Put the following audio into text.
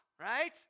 right